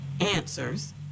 answers